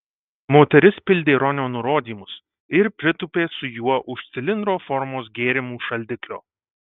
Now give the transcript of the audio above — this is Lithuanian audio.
moteris pildė ronio nurodymus ir pritūpė su juo už cilindro formos gėrimų šaldiklio